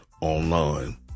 online